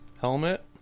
helmet